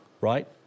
right